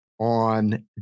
on